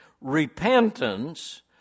Repentance